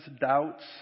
doubts